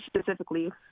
Specifically